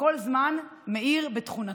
שכל זמן מאיר בתכונתו.